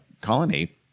Colony